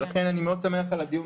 ולכן אני מאוד שמח על הדיון,